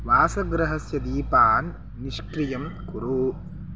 वासगृहस्य दीपान् निष्क्रियं कुरु